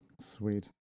Sweet